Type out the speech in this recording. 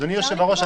אדוני יושב הראש,